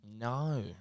No